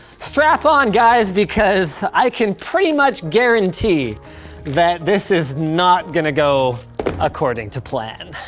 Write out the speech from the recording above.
strap on, guys, because i can pretty much guarantee that this is not gonna go according to plan.